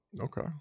Okay